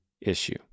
issue